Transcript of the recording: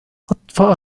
أطفأ